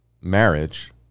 marriage